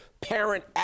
parent